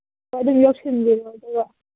ꯍꯣꯏ ꯑꯗꯨꯝ ꯌꯧꯁꯟꯕꯤꯔꯛꯑꯣ ꯑꯗꯨꯒ